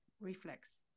reflex